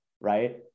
right